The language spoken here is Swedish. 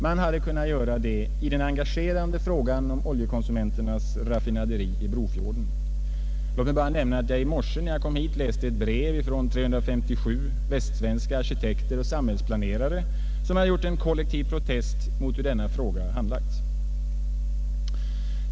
Man hade kunnat göra det i den engagerande frågan om Oljekonsumenternas raffinaderi i Brofjorden. Låt mig bara nämna att jag i morse när jag kom hit läste ett brev från 357 västsvenska arkitekter och samhällsplanerare, som avgett en kollektiv protest i denna fråga.